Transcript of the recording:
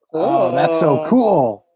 oh, that's so cool.